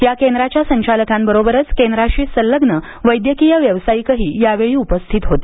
या केंद्राच्या संचालकांबरोबरच केंद्राशी संलग्न वैद्यकीय व्यावसायिकही यावेळी उपस्थित होते